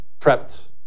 prepped